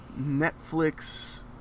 Netflix